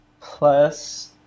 plus